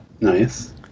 Nice